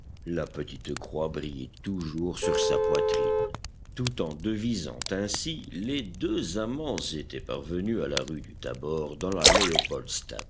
la petite croix brillait toujours sur sa poitrine tout en devisant ainsi les deux amants étaient parvenus à la rue du thabor dans la